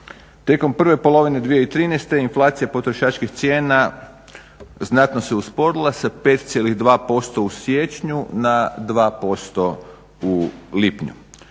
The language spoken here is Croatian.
Tijekom prve polovine 2013. inflacija potrošačkih cijena znatno se usporila sa 5,2% u siječnju na 2% u lipnju.